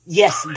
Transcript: yes